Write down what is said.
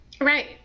right